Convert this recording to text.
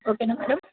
ఓకేనా మేడం